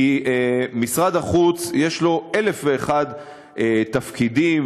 כי משרד החוץ יש לו אלף ואחד תפקידים